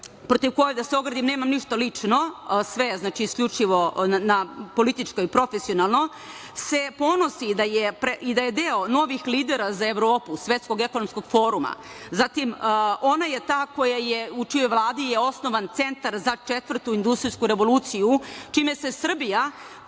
protiv koje, da se ogradim, nemam ništa lično, sve je isključivo političko i profesionalno, se ponosi da je deo novih lidera za Evropu Svetskog ekonomskog foruma. Ona je ta u čijoj Vladi je osnovan Centar za Četvrtu industrijsku revoluciju, čime se Srbija,